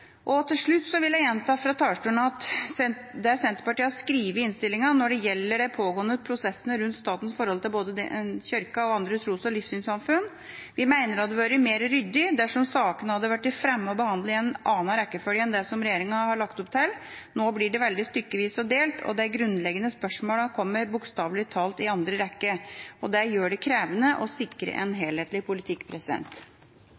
arbeid. Til slutt vil jeg gjenta fra talerstolen at når det gjelder det som Senterpartiet har skrevet i innstillingen om de pågående prosessene rundt statens forhold til både Kirken og andre tros- og livssynssamfunn, mener vi det hadde vært mer ryddig dersom sakene hadde vært fremmet og behandlet i en annen rekkefølge enn det som regjeringa har lagt opp til. Nå blir det veldig stykkevis og delt, og de grunnleggende spørsmålene kommer bokstavelig talt i andre rekke, og det gjør det krevende å sikre en